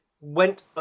went